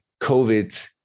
COVID